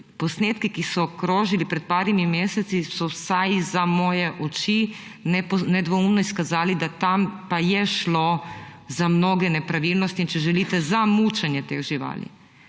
posnetki, ki so krožili pred nekaj meseci, so vsaj za moje oči nedvoumno izkazali, da tam pa je šlo za mnoge nepravilnosti in, če želite, za mučenje teh živali.